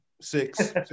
six